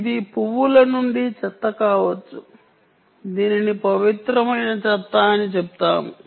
ఇది పువ్వుల నుండి చెత్త కావచ్చు దీనిని పవిత్రమైన చెత్త అని చెప్తాము